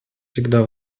всегда